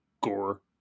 gore